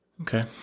Okay